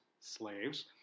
slaves